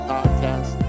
Podcast